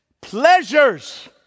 Pleasures